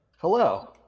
Hello